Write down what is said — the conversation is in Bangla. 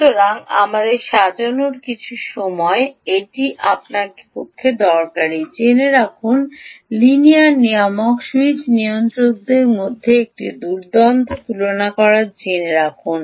সুতরাং আমাদের সাজানোর কিছু সময় এটি আপনার পক্ষে দরকারী জেনে রাখুন লিনিয়ার নিয়ামক এবং স্যুইচ নিয়ন্ত্রকদের মধ্যে একটি দুর্দান্ত তুলনা করা জেনে রাখুন